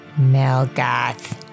Melgoth